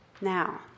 Now